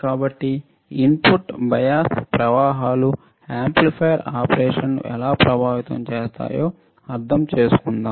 కాబట్టి input bias ప్రవాహాలు amplifier ఆపరేషన్ను ఎలా ప్రభావితం చేస్తాయో అర్థం చేసుకుందాం